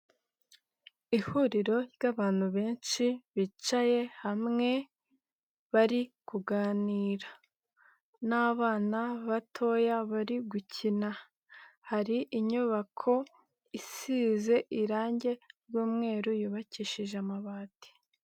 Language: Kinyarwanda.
Ihuriro ry'abantu benshi bicaye hamwe bari kuganira n'abana batoya bari gukina, hari inyubako isize irangi ry'umweru yubakishije amabati.